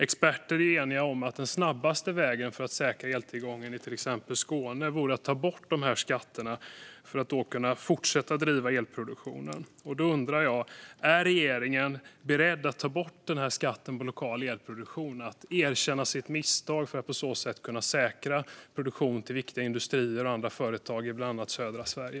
Experter är eniga om att den snabbaste vägen för att säkra eltillgången i till exempel Skåne vore att ta bort de här skatterna för att ge möjlighet att fortsätta driva elproduktionen. Är regeringen beredd att erkänna sitt misstag och ta bort den här skatten på lokal elproduktion för att på så sätt kunna säkra produktion för viktiga industrier och andra företag i bland annat södra Sverige?